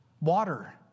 Water